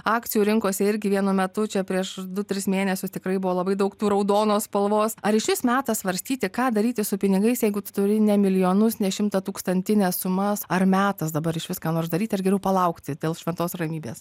akcijų rinkose irgi vienu metu čia prieš du tris mėnesius tikrai buvo labai daug tų raudonos spalvos ar išvis metas svarstyti ką daryti su pinigais jeigu tu turi ne milijonus ne šimtatūkstantines sumas ar metas dabar išvis ką nors daryti ar geriau palaukti dėl šventos ramybės